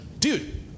Dude